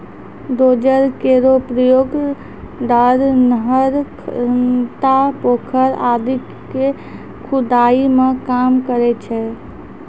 dozer केरो प्रयोग डार, नहर, खनता, पोखर आदि क खुदाई मे काम करै छै